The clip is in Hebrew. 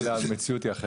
אבל המציאות אחרת.